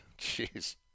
Jeez